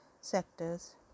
sectors